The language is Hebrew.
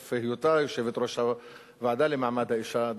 בתוקף היותה יושבת-ראש הוועדה למעמד האשה,